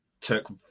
took